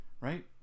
right